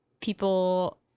people